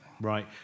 Right